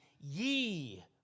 ye